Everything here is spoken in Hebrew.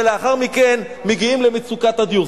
ולאחר מכן מגיעים למצוקת הדיור.